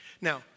Now